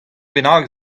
bennak